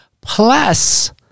Plus